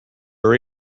are